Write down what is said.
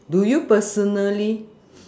do you personally